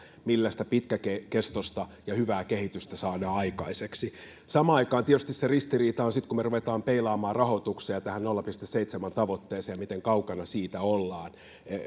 millä sitä pitkäkestoista ja hyvää kehitystä saadaan aikaiseksi samaan aikaan tietysti kun me rupeamme peilaamaan sitä rahoitukseen ja tähän nolla pilkku seitsemän tavoitteeseen ja siihen miten kaukana siitä ollaan